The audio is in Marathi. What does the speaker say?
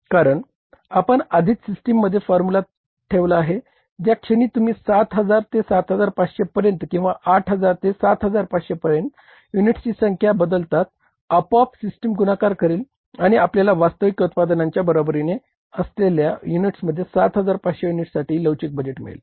कारण आपण आधीच सिस्टममध्ये फॉर्म्युला ठेवला आहे ज्याक्षणी तुम्ही 7000 ते 7500 पर्यंत किंवा 8000 ते 7500 पर्यंत युनिटची संख्या बदललात आपोआप सिस्टम गुणाकार करेल आणि आपल्याला वास्तविक उत्पादनाच्या बरोबरीने असलेल्या युनिट्समध्ये 7500 युनिट्ससाठी लवचिक बजेट मिळेल